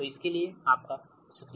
इसके लिए आपका शुक्रिया